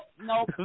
no